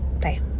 Bye